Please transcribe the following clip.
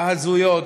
ההזויות,